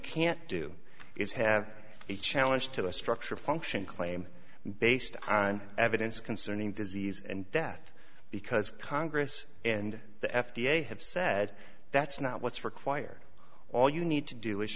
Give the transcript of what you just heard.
can't do is have a challenge to a structure function claim based on evidence concerning disease and death because congress and the f d a have said that's not what's required all you need to do